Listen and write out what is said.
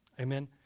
Amen